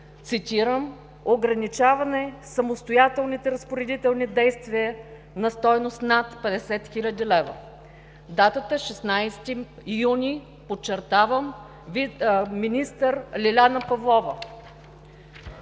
цитирам: „ограничаване самостоятелните разпоредителни действия на стойност над 50 хил. лв.“ Датата е 16 юни. Подчертавам, министър Лиляна Павлова!